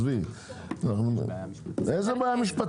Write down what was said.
כי זה יוצר בעיה בייבוא